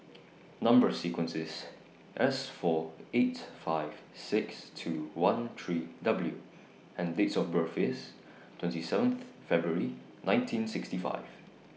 Number sequence IS S four eight five six two one three W and Date of birth IS twenty seventh February nineteen sixty five